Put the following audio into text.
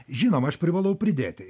žinoma aš privalau pridėti